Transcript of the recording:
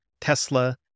Tesla